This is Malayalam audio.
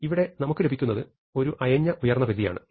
ഇവിടെ നമുക്ക് ലഭിക്കുന്നത് ഒരു അയഞ്ഞ ഉയർന്നപരിധി ആണ്